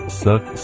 suck